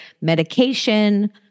medication